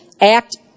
act